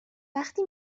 وقتی